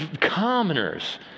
commoners